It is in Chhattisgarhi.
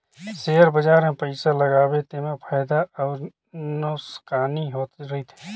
सेयर बजार मे पइसा लगाबे तेमा फएदा अउ नोसकानी होत रहथे